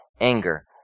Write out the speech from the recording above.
Anger